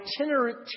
itinerant